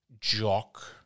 jock